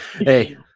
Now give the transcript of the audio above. Hey